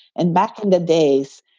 and back and the days,